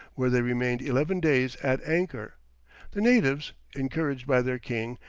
where they remained eleven days at anchor the natives, encouraged by their king,